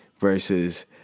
versus